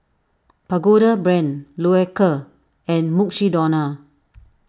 Pagoda Brand Loacker and Mukshidonna